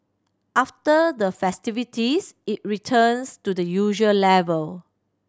after the festivities it returns to the usual level